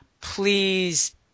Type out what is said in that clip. Please